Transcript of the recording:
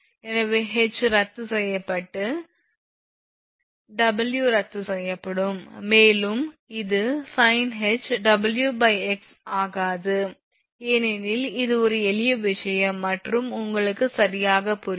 எனவே H ரத்து செய்யப்பட்ட W ரத்து செய்யப்படும் மேலும் இது sinh WxH ஆகாது ஏனெனில் இது ஒரு எளிய விஷயம் மற்றும் உங்களுக்கு சரியாக புரியும்